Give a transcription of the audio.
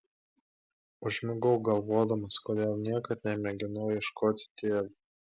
užmigau galvodamas kodėl niekad nemėginau ieškoti tėvo